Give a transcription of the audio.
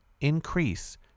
increase